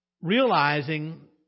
realizing